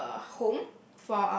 uh home